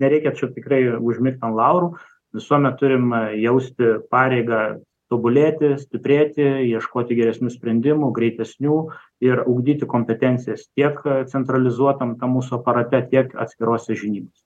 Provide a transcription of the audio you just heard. nereikia čia tikrai užmigt an laurų visuomet turim jausti pareigą tobulėti stiprėti ieškoti geresnių sprendimų greitesnių ir ugdyti kompetencijas tiek centralizuotam mūsų aparate tiek atskirose žinybose